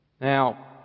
Now